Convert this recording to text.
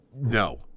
no